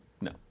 No